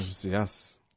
Yes